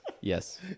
Yes